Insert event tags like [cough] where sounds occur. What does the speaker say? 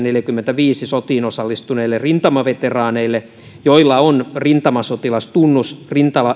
[unintelligible] neljäkymmentäviisi sotiin osallistuneille rintamaveteraaneille joilla on rintamasotilastunnus